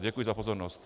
Děkuji za pozornost.